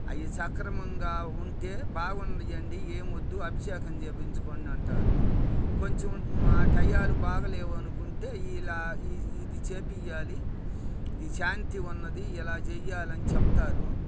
అవి సక్రమంగా ఉంటే బాగున్నాయండి ఏమి వద్దు అభిషేకం చేయించుకోండి అంటారు కొంచెం మా టైమ్లు బాగాలేవు అనుకుంటే ఇలా ఇది చేయించాలి ఈ శాంతి ఉన్నది ఇలా చెయ్యాలని చెప్తారు